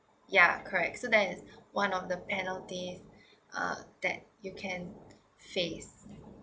ya correct so that's one of the penalty uh that you can face